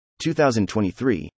2023